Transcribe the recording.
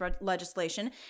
legislation